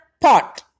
pot